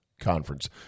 conference